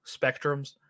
spectrums